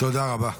תודה רבה.